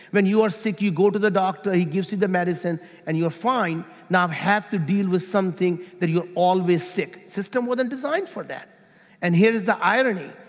when you are sick, you go to the doctor, he gives you the medicine and you're fine now have to deal with something that you're always sick. the system wasn't designed for that and here's the irony,